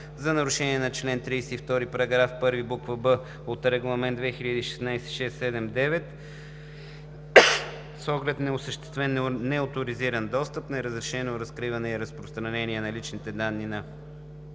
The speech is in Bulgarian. за нарушение на чл. 32, § 1, буква „б“ от Регламент ЕС 2016/679, с оглед на осъществен неоторизиран достъп, неразрешено разкриване и разпространение на личните данни на